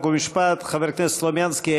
חוק ומשפט חבר הכנסת סלומינסקי,